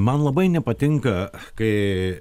man labai nepatinka kai